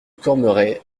cormeray